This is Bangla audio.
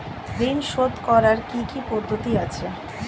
ঋন শোধ করার কি কি পদ্ধতি আছে?